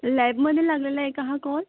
लॅबमध्ये लागलेला आहे का हा कॉल